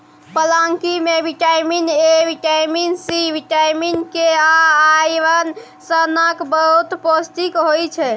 पलांकी मे vitamin A, vitamin C, vitamin K आ आइरन सनक बहुत पौष्टिक होइ छै